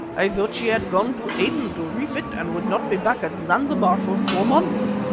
i thought she had gone to aden to refit and would not be back at zanzibar for four months.